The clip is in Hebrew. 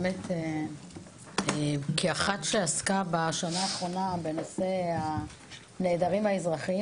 באמת כאחת שעסקה בשנה האחרונה בנושא הנעדרים האזרחיים,